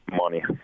money